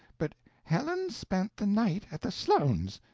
but helen spent the night at the sloanes'.